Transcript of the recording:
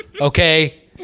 okay